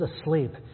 asleep